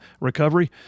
recovery